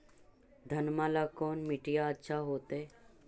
घनमा ला कौन मिट्टियां अच्छा होतई?